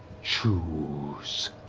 choose.